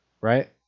Right